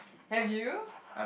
have you